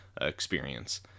experience